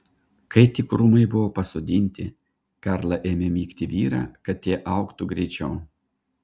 kai tik krūmai buvo pasodinti karla ėmė mygti vyrą kad tie augtų greičiau